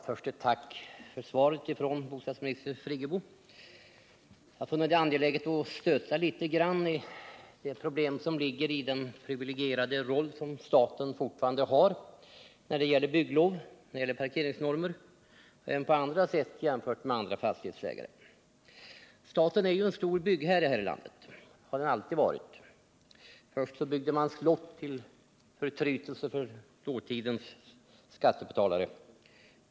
Herr talman! Först ett tack till bostadsminister Birgit Friggebo för svaret på min fråga. Jag har funnit det angeläget att stöta litet grand i de problem som ligger i den privilegierade roll som staten fortfarande har när det gäller byggnadslov, när det gäller parkeringsnormer och även på annat sätt jämfört med andra fastighetsägare. Staten är ju en stor byggherre i vårt land. Det har den alltid varit. Först byggde man slott till förtrytelse för dåtidens skattebetalare.